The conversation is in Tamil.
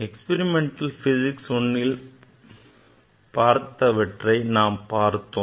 Experimental physics Iல் இது பற்றி நாம் பார்த்தோம்